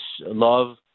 love